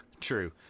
True